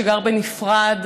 שגר בנפרד,